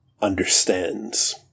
understands